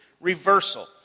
reversal